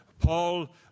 Paul